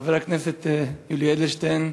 חבר הכנסת יולי אדלשטיין,